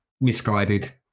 misguided